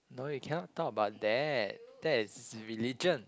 no you cannot talk about that that is religion